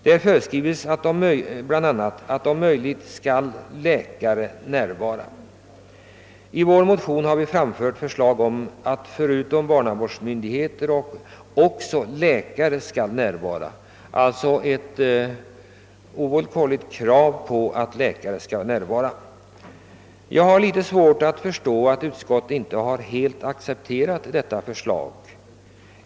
Där föreskrives bl.a. att läkare om möjligt skall närvara. I vår motion har vi framfört förslag om ovillkorligt krav på att förutom barnavårdsmyndigheter också läkare skall närvara. Jag har litet svårt att förstå att utskottsmajoriteten inte helt har accepterat detta förslag.